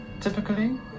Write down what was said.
typically